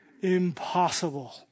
impossible